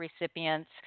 recipients